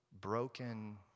broken